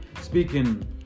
Speaking